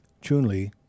Chun-Li